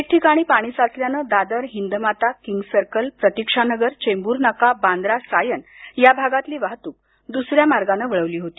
ठिकठिकाणी पाणी साचल्यानं दादर हिंदमाता किंग्ज सर्कल प्रतिक्षनगर चेंबूर नाका बांद्रा सायन या भागातली वाहतूक दुसऱ्या मार्गानं वळवली होती